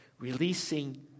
Releasing